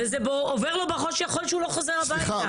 וזה עובר לו בראש שיכול להיות שהוא לא חוזר הביתה.